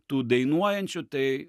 tų dainuojančių tai